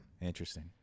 Interesting